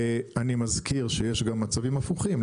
אני מזכיר שיש גם מצבים הפוכים,